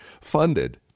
funded